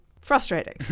frustrating